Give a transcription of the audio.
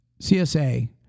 CSA